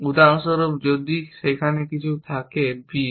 উদাহরণস্বরূপ এবং যদি সেখানে কিছু থাকে b